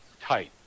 tight